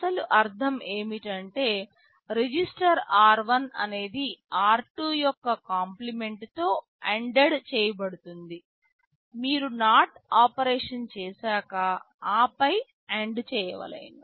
అసలు అర్ధం ఏమిటంటే రిజిస్టర్ r1 అనేది r2 యొక్క కాంప్లిమెంట్ తో ANDed చేయబడుతుంది మీరు NOT ఆపరేషన్ చేశాక ఆపై AND చేయవలెను